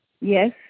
yes